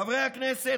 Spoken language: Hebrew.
חברי הכנסת,